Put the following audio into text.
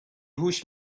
هوش